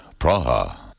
Praha